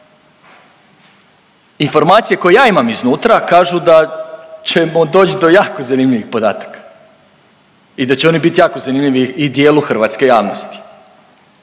Informacije koje ja imam iznutra kažu da ćemo doći do jako zanimljivih podataka i da će oni biti jako zanimljivi i dijelu hrvatske javnosti.